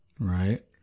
Right